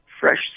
fresh